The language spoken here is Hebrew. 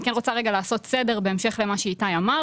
אני כן רוצה לעשות סדר בהמשך למה שאיתי אמר